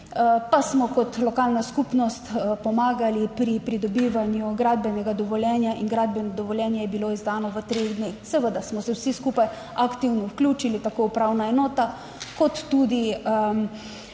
pa smo kot lokalna skupnost pomagali pri pridobivanju gradbenega dovoljenja in gradbeno dovoljenje je bilo izdano v treh dneh. Seveda smo se vsi skupaj aktivno vključili, tako upravna enota, kot tudi v